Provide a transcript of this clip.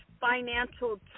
financial